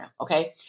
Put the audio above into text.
okay